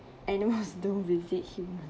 animals do visit human